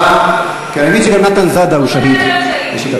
אני מבין שגם נתן-זאדה הוא שהיד לשיטתך.